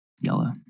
Yellow